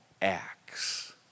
acts